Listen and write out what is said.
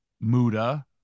Muda